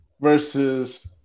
versus